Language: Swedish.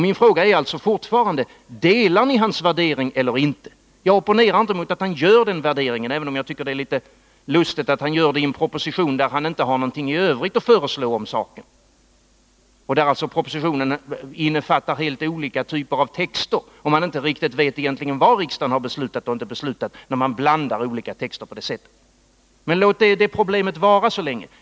Min fråga är alltså fortfarande: Delar ni hans värdering eller inte? Jag opponerar inte mot att han gör den värderingen, även om jag tycker att det är litet lustigt att han gör det i en proposition där han inte har någonting i övrigt att föreslå om den saken. Propositionen innefattar alltså helt olika typer av texter, så att man inte riktigt vet vad riksdagen har beslutat och inte beslutat. Men låt det problemet vara så länge.